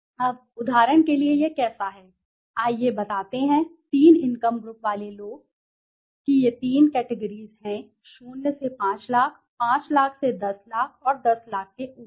अब उदाहरण के लिए यह कैसा है आइए बताते हैं 3 इनकम ग्रुप वाले लोग कि ये तीन कैटेगरीज़ हैं 0 से 5 लाख 5 लाख से 10 लाख और 10 लाख से ऊपर